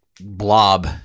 blob